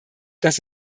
dass